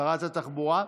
שרת התחבורה.